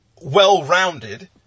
well-rounded